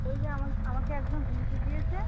ওই যে আমা আমাকে একজন হুমকি দিয়েছে